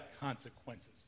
consequences